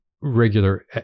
regular